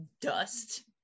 dust